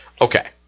Okay